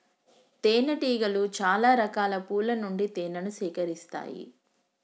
తేనె టీగలు చాల రకాల పూల నుండి తేనెను సేకరిస్తాయి